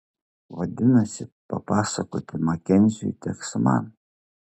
vadinasi papasakoti makenziui teks man